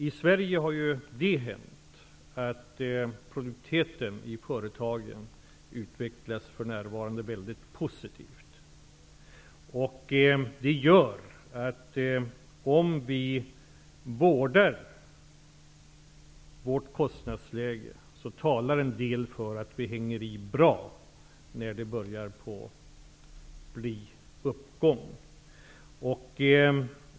I Sverige har det hänt, att produktiviteten i företagen för närvarande utvecklas mycket positivt. Om vi vårdar vårt kostnadsläge talar en del för att vi kan hänga med bra när det börjar bli uppgång.